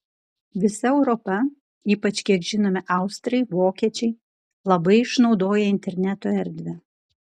visa europa ypač kiek žinome austrai vokiečiai labai išnaudoja interneto erdvę